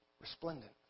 resplendent